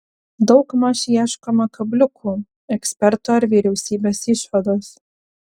daugmaž ieškoma kabliukų ekspertų ar vyriausybės išvados